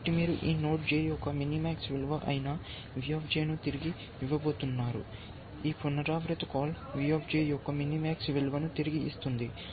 కాబట్టి మీరు ఈ నోడ్ J యొక్క మినిమాక్స్ విలువ అయిన V ను తిరిగి ఇవ్వబోతున్నారు ఈ పునరావృత కాల్ V యొక్క మినిమాక్స్ విలువను తిరిగి ఇస్తుంది